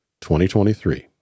2023